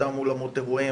באותם אולמות אירועים,